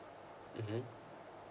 mmhmm